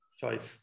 choice